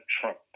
Trump